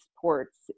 ports